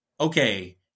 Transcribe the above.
okay